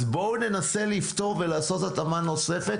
אז בואו ננסה לפתור ולעשות התאמה נוספת